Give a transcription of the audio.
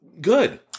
Good